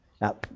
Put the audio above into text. Now